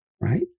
right